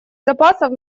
запасов